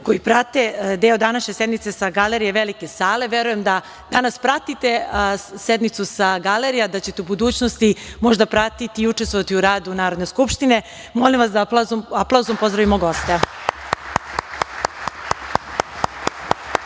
koji prate deo današnje sednice sa galerije Velike sale. Verujem da danas pratite sednicu sa galerije, a da ćete u budućnosti možda pratiti i učestvovati u radu Narodne skupštine. Molim vas da aplauzom pozdravimo